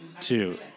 two